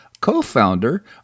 co-founder